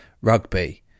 rugby